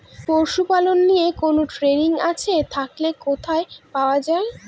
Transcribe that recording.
পশুপালন নিয়ে কোন ট্রেনিং আছে থাকলে কোথায় পাওয়া য়ায়?